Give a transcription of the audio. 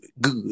good